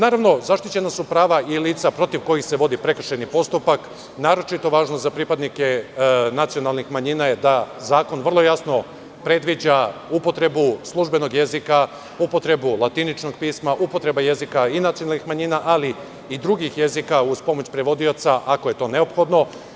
Naravno, zaštićena su i prava lica protiv kojih se vodi prekršajni postupak, naročito važno za pripadnike nacionalnih manjina je da zakon vrlo jasno predviđa upotrebu službenog jezika, upotrebu latiničnog pisma, upotreba jezika i nacionalnih manjina, ali drugih jezika uz pomoć prevodioca, ako je to neophodno.